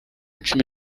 cumi